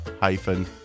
hyphen